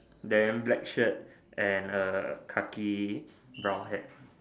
then black shirt and a khaki brown hat